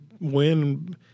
win